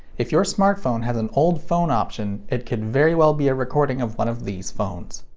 if your smartphone has an old phone option, it could very well be a recording of one of these phones.